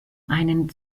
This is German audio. einen